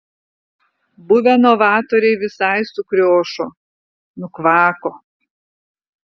buvę novatoriai visai sukriošo nukvako